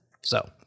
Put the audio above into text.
So-